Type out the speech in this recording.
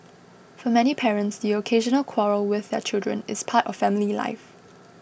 for many parents the occasional quarrel with their children is part of family life